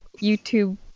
YouTube